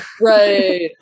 right